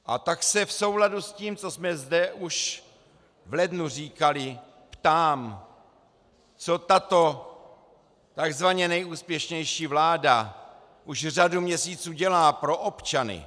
A tak se v souladu s tím, co jsme zde už v lednu říkali, ptám, co tato tzv. nejúspěšnější vláda už řadu měsíců dělá pro občany?